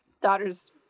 Daughter's